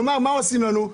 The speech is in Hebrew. כלומר, מה עושים לנו?